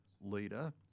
leader